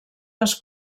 les